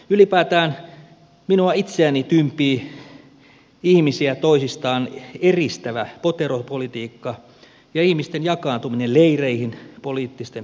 ylipäätään minua itseäni tympii ihmisiä toisistaan eristävä poteropolitiikka ja ihmisten jakaantuminen leireihin poliittisten puolueiden mukaan